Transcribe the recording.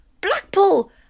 Blackpool